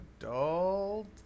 adult